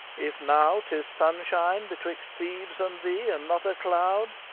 if now tis sunshine betwixt thebes and thee and not a cloud,